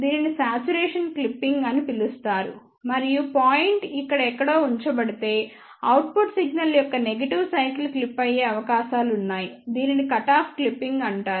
దీనిని saturation clipping అని పిలుస్తారు మరియు పాయింట్ ఇక్కడ ఎక్కడో ఎంచుకోబడితే అవుట్పుట్ సిగ్నల్ యొక్క నెగెటివ్ సైకిల్ క్లిప్ అయ్యే అవకాశాలు ఉన్నాయి దీనిని కటాఫ్ క్లిప్పింగ్ అంటారు